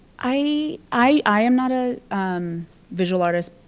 i i am not a visual artist,